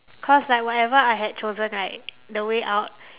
cause like whatever I had chosen right the way out